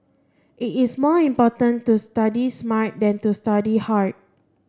it is more important to study smart than to study hard